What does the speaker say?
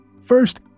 First